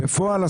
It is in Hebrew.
בפועל,